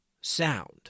sound